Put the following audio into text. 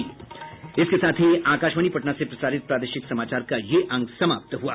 इसके साथ ही आकाशवाणी पटना से प्रसारित प्रादेशिक समाचार का ये अंक समाप्त हुआ